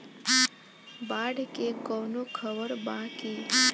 बाढ़ के कवनों खबर बा की?